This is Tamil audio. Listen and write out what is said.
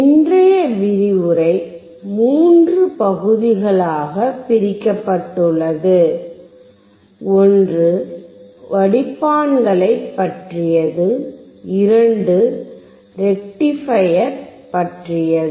இன்றைய விரிவுரை 3 பகுதிகளாகப் பிரிக்கப்பட்டுள்ளது ஒன்று வடிப்பான்களைப் பற்றியது இரண்டு ரெக்டிஃபையெர் பற்றியது